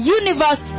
universe